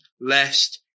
lest